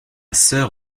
sœur